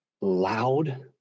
loud